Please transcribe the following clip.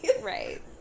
Right